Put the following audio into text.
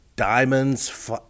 Diamonds